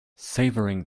savouring